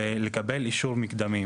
ולקבל אישור מקדמי.